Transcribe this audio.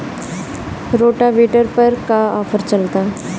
Rotavator पर का offer चलता?